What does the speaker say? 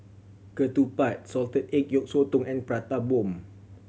Ketupat salted egg yolk sotong and Prata Bomb